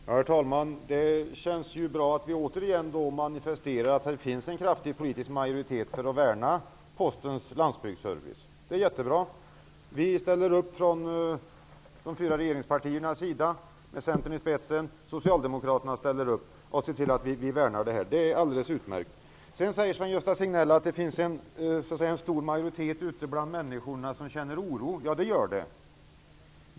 Herr talman! Det känns ju bra att vi återigen manifesterar att det finns en kraftig majoritet för att värna Postens landsbygdsservice. Det är jättebra. Vi från de fyra regeringspartierna med Centern i spetsen ställer upp, och socialdemokraterna ställer upp och ser till att vi värnar detta. Det är alldeles utmärkt. Sven-Gösta Signell sade att det finns en stor majoritet ute bland människorna som känner oro. Ja, det gör det.